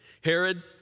Herod